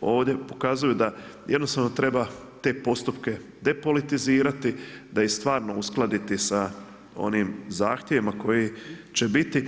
ovdje pokazuju da jednostavno treba te postupke depolitizirati te ih stvarno uskladi sa onim zahtjevima koji će biti.